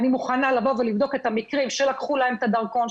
אני מוכנה לבוא ולבדוק את המקרים שלקחו להם את הדרכון,